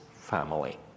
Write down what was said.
family